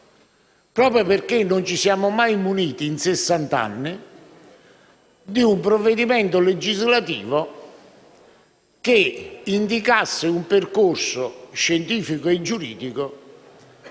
sessant'anni non ci siamo mai muniti di un provvedimento legislativo che indicasse un percorso scientifico e giuridico